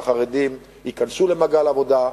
שהחרדים ייכנסו למעגל העבודה.